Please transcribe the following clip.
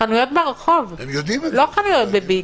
ברחוב לא בביג.